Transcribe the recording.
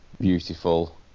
beautiful